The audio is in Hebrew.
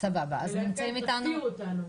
אלא אם כן תפתיעו אותנו.